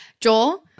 Joel